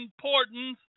importance